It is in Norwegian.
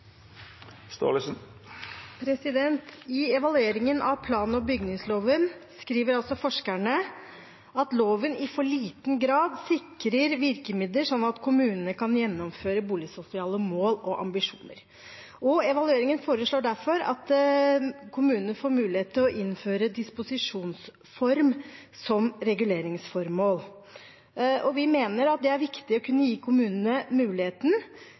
for liten grad sikrer virkemidler som gjør at kommunene kan gjennomføre boligsosiale mål og ambisjoner. Evalueringen foreslår derfor at kommunene får mulighet til å innføre disposisjonsform som reguleringsformål. Vi mener det er viktig å gi kommunene